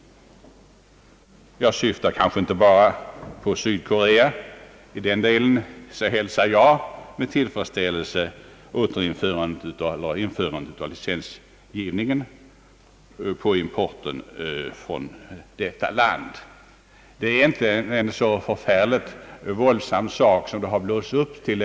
Jag syftar kanske inte bara på Sydkorea -— i den delen hälsar jag med tillfredsställelse införandet av licensgivningen på importen från detta land. Detta ingripande är inte en så stor sak som det har blåsts upp till.